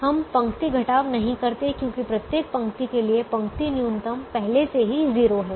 हम पंक्ति घटाव नहीं करते हैं क्योंकि प्रत्येक पंक्ति के लिए पंक्ति न्यूनतम पहले से ही 0 है